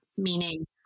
meaning